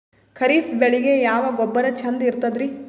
ಖರೀಪ್ ಬೇಳಿಗೆ ಯಾವ ಗೊಬ್ಬರ ಚಂದ್ ಇರತದ್ರಿ?